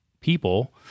people